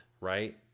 right